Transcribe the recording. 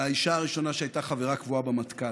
לאישה הראשונה שהייתה חברה קבועה במטכ"ל: